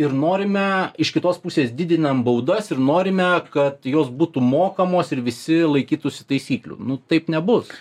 ir norime iš kitos pusės didinam baudas ir norime kad jos būtų mokamos ir visi laikytųsi taisyklių nu taip nebus